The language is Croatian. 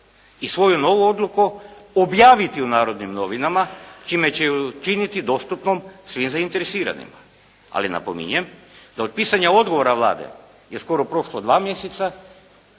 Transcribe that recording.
i svoju novu odluku objaviti u “Narodnim novinama“ čime će je učiniti dostupnom svim zainteresiranima. Ali napominjem, da od pisanja odgovora Vlade je skoro prošlo 2 mjeseca